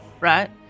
right